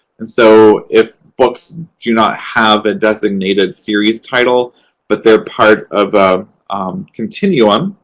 and so if books do not have a designated series title but they're part of a continuum,